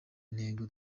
ntego